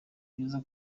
byiza